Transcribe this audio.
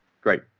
Great